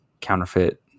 counterfeit